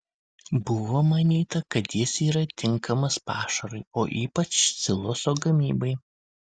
buvo manyta kad jis yra tinkamas pašarui o ypač siloso gamybai